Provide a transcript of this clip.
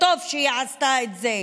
וטוב שהיא עשתה את זה.